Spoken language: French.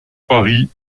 paris